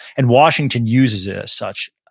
and washington uses it as such,